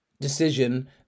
decision